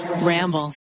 ramble